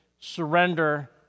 surrender